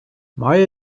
має